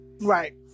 Right